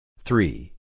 three